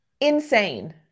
insane